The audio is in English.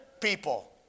people